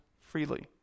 freely